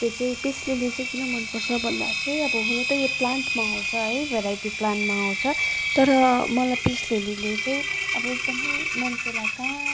त्यो चाहिँ peace lily चाहिँ किन मन पर्छ भन्दा चाहिँ अब हुनु त यो प्लान्टमा आउँछ है भोराइटी प्लान्टमा आउँछ तर मलाई पिस लिलीले चाहिँ अब एकदमै मान्छेलाई काम